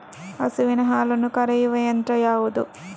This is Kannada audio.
ಹಸುವಿನ ಹಾಲನ್ನು ಕರೆಯುವ ಯಂತ್ರ ಯಾವುದು?